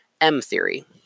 M-theory